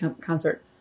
concert